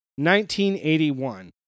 1981